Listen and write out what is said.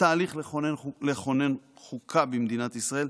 התהליך לכונן חוקה במדינת ישראל,